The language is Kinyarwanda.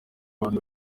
abantu